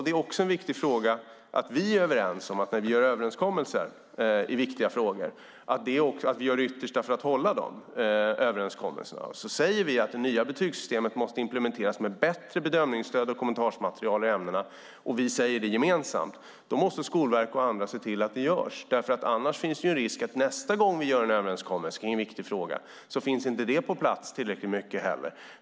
Dessutom är det viktigt att vi, när vi gör överenskommelser i viktiga frågor, gör vårt yttersta för att hålla dessa. Säger vi att det nya betygssystemet måste implementeras med bättre bedömningsstöd och kommentarmaterial i ämnena, och vi gör det gemensamt, måste Skolverket och andra se till att det också sker. Annars finns risk för att nästa gång vi gör en överenskommelse i en viktig fråga den inte finns tillräckligt väl på plats.